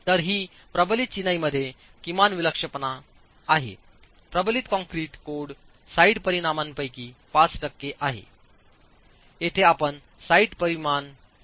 तर ही प्रबलित चिनाई मध्ये किमान विलक्षणपणा आहेप्रबलित कंक्रीट कोड साइट परिमाणांपैकी 5 टक्के आहे येथे आपण साइट परिमाण 10 टक्के पहात आहोत